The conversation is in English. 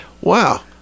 Wow